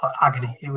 Agony